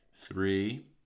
Three